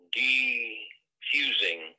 defusing